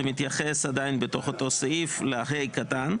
מתייחס עדיין בתוך אותו סעיף ל-(ה) קטן,